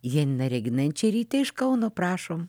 janina reginančerytė iš kauno prašom